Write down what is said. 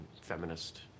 feminist